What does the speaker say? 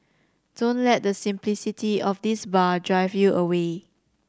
don't let the simplicity of this bar drive you away